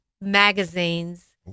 magazines